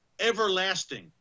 everlasting